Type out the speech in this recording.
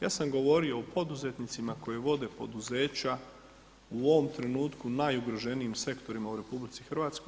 Ja sam govorio o poduzetnicima koji vode poduzeća, u ovom trenutku najugroženijim sektorima u RH.